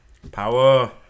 Power